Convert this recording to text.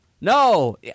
No